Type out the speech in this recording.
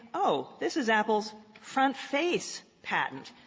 oh, this is apple's front face patent.